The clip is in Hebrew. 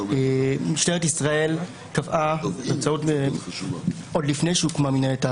משטרת ישראל קבעה הנחיה עוד לפני שהוקמה מינהלת האכיפה,